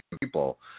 people